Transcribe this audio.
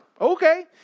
okay